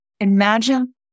imagine